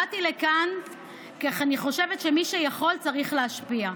באתי לכאן כי אני חושבת שמי שיכול צריך להשפיע.